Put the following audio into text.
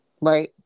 Right